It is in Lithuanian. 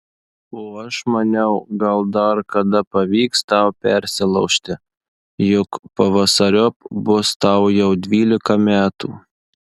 o aš maniau gal dar kada pavyks tau persilaužti juk pavasariop bus tau jau dvylika metų